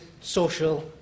social